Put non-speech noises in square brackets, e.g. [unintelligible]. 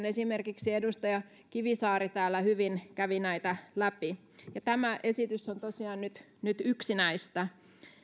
[unintelligible] esimerkiksi edustaja kivisaari täällä hyvin kävi läpi tämä esitys on tosiaan nyt yksi niistä